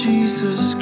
Jesus